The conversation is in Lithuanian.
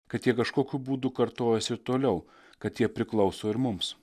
kad jie kažkokiu būdu kartojas ir toliau kad jie priklauso ir mums